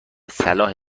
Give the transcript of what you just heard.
صلاح